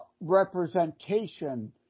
representation